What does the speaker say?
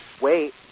Wait